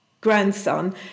grandson